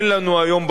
אין לנו היום,